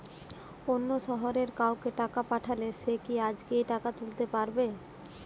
অন্য শহরের কাউকে টাকা পাঠালে সে কি আজকেই টাকা তুলতে পারবে?